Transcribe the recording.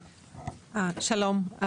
שלום,